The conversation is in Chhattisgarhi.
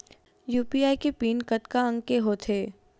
यू.पी.आई के पिन कतका अंक के होथे?